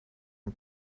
and